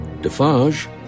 Defarge